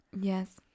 Yes